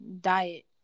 diet